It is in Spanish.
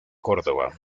córdoba